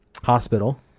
hospital